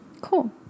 Cool